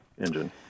engine